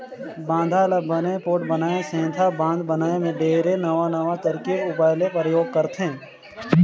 बांधा ल बने पोठ बनाए सेंथा बांध बनाए मे ढेरे नवां नवां तरकीब उपाय ले परयोग करथे